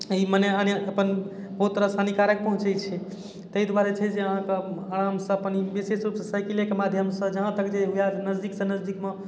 ई मने अने अपन ओ तरहसँ हानिकारक पहुँचै छै तै दुआरे छै जे अहाँके आरामसँ अपन ई विशेष रूपसँ साइकिलेके माध्यमसँ जहाँ तक जे हुए नजदीकसँ नजदीकमे